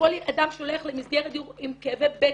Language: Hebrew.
כל אדם שולח למסגרת דיור עם כאבי בטן,